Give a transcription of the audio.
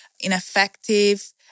ineffective